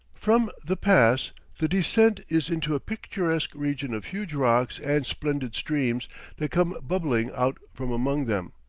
from the pass the descent is into a picturesque region of huge rocks and splendid streams that come bubbling out from among them,